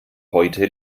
heute